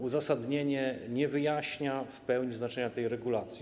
Uzasadnienie nie wyjaśnia w pełni znaczenia tej regulacji.